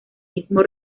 mismo